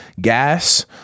gas